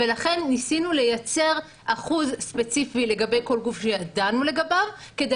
ולכן ניסינו לייצר אחוז ספציפי לגבי כל גוף שידענו לגביו כדי